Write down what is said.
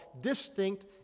distinct